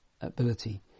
ability